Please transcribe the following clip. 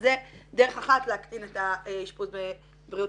אז זה דרך אחת להקטין את האשפוז בבריאות